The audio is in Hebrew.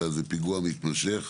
אלא זה פיגוע מתמשך,